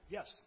Yes